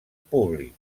públic